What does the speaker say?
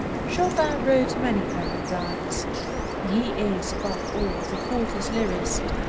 chopin wrote many perfect lines he is, above all, the faultless lyrist,